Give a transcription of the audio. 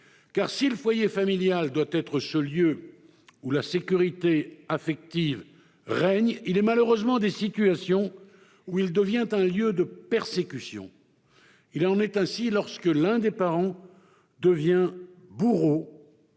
Car si le foyer familial doit être ce lieu de la sécurité affective, il est malheureusement des situations où il devient un lieu de persécution. Il en est ainsi lorsque l'un des parents devient le bourreau